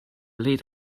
late